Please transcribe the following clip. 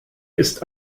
ist